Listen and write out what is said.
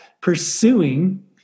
pursuing